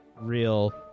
real